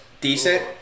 decent